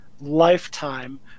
lifetime